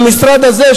למשרד הזה,